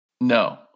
No